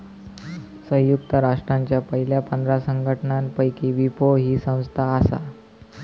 संयुक्त राष्ट्रांच्या पयल्या पंधरा संघटनांपैकी विपो ही संस्था आसा